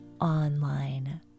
online